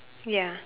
ya